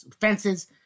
fences